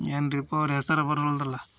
ಏನ್ರಿಪ್ಪ ಅವ್ರ ಹೆಸರು ಬರುವಲ್ದಲ್ಲ